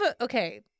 okay